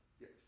Yes